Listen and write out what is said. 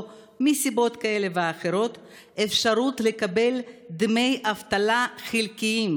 מסיבות כאלה ואחרות אפשרות לקבל דמי אבטלה חלקיים,